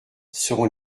seront